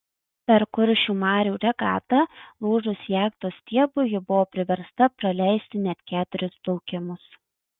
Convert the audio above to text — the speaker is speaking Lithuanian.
per kuršių marių regatą lūžus jachtos stiebui ji buvo priversta praleisti net keturis plaukimus